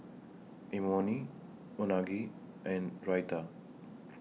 Imoni Unagi and Raita